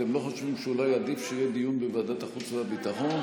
אתם לא חושבים שאולי עדיף שיהיה דיון בוועדת החוץ והביטחון,